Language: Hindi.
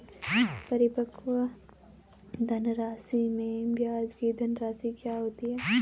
परिपक्व धनराशि में ब्याज की धनराशि क्या होती है?